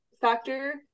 factor